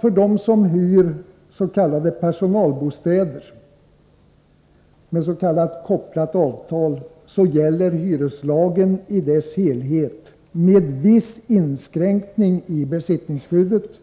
För dem som hyr personalbostäder med s.k. kopplat avtal gäller hyreslagen i dess helhet, med viss inskränkning i besittningsskyddet .